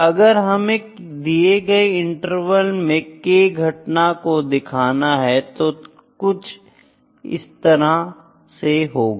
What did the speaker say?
अगर हमें दिए गए इंटरवल में k घटनाओं को देखना है तुझे कुछ इस तरह होगा